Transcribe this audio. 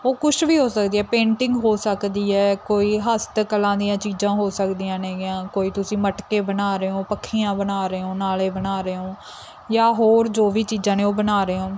ਉਹ ਕੁਛ ਵੀ ਹੋ ਸਕਦੀ ਹੈ ਪੇਂਟਿੰਗ ਹੋ ਸਕਦੀ ਹੈ ਕੋਈ ਹਸਤਕਲਾ ਦੀਆਂ ਚੀਜ਼ਾਂ ਹੋ ਸਕਦੀਆਂ ਨੇਗੀਆਂ ਕੋਈ ਤੁਸੀਂ ਮਟਕੇ ਬਣਾ ਰਹੇ ਹੋ ਪੱਖੀਆਂ ਬਣਾ ਰਹੇ ਹੋ ਨਾਲੇ ਬਣਾ ਰਹੇ ਹੋ ਜਾਂ ਹੋਰ ਜੋ ਵੀ ਚੀਜ਼ਾਂ ਨੇ ਉਹ ਬਣਾ ਰਹੇ ਹੋ